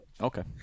Okay